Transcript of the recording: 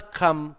come